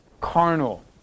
carnal